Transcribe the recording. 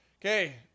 Okay